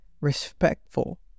respectful